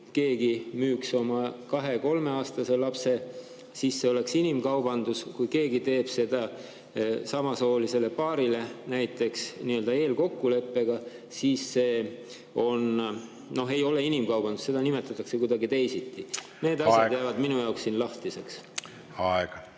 keegi müüks oma kahe-kolmeaastase lapse, siis see oleks inimkaubandus. Kui keegi teeb seda samasoolisele paarile näiteks ja nii-öelda eelkokkuleppega, siis see ei ole inimkaubandus, seda nimetatakse kuidagi teisiti. Need asjad jäävad minu jaoks siin lahtiseks. Minu